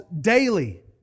daily